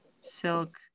silk